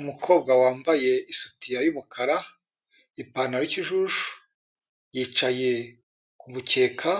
Umukobwa wambaye isutiya y'umukara, ipantaro y'ikijuju, yicaye ku mukeka